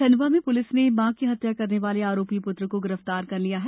खंडवा में पुलिस ने मां की हत्या करने वाले आरोपी पुत्र को गिरफ्तार कर लिया है